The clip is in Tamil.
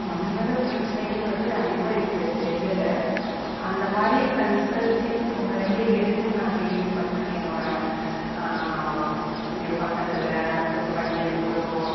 மனநலப் பிரச்சினைகள் பற்றி அதிகம் எனக்கு தெரியலை அந்தமாதிரி கன்சல்ட்டிங் ஒன்று இரண்டு இருக்குன்னு நான் கேள்வி பட்டுருக்கேன் என்னோட இங்கே பக்கத்தில் ஒரு பையனுக்கு ரொம்ப